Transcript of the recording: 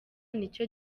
nicyo